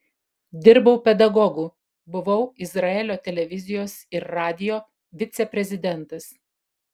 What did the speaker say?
dirbau pedagogu buvau izraelio televizijos ir radijo viceprezidentas